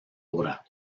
obra